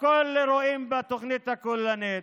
הכול רואים בתוכנית הכוללנית.